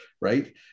right